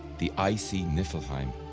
the icy niflheim,